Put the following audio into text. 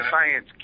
science